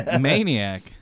maniac